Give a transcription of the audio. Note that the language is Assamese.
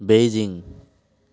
বেইজিং